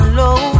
low